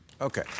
Okay